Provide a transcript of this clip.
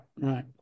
right